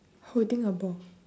holding a ball